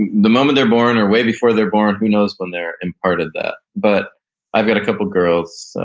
and the moment they're born or way before they're born, who knows when they're imparted that? but i've got couple of girls.